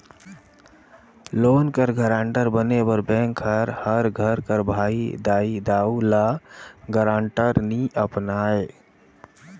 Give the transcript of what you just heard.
loan कर guarantor बने बर बेंक हर घर कर भाई, दाई, दाऊ, ल गारंटर नी अपनाए